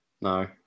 No